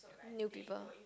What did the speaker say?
new people